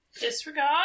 Disregard